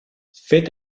fet